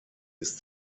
ist